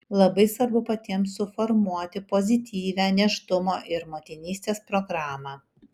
labai svarbu patiems suformuoti pozityvią nėštumo ir motinystės programą